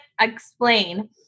explain